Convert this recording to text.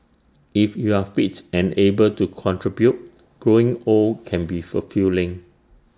if you're fit and able to contribute growing old can be fulfilling